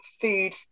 food